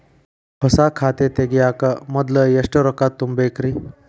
ಹೊಸಾ ಖಾತೆ ತಗ್ಯಾಕ ಮೊದ್ಲ ಎಷ್ಟ ರೊಕ್ಕಾ ತುಂಬೇಕ್ರಿ?